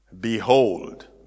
Behold